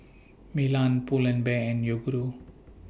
Milan Pull and Bear and Yoguru